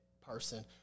person